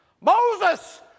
Moses